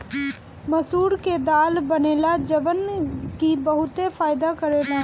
मसूर के दाल बनेला जवन की बहुते फायदा करेला